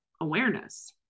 awareness